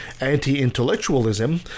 anti-intellectualism